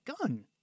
gun